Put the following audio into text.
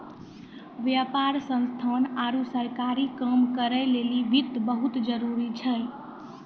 व्यापार संस्थान आरु सरकारी काम करै लेली वित्त बहुत जरुरी छै